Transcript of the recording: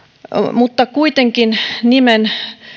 mutta kuitenkin nimen